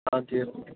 ਹਾਂਜੀ